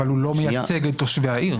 אבל הוא לא מייצג את תושבי העיר.